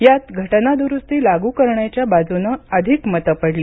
यात घटनादुरुस्ती लागू करण्याच्या बाजूनं अधिक मतं पडली